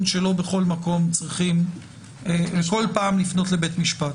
שלא בכל מקום צריכים בכל פעם לפנות לבית משפט,